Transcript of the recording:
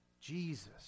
Jesus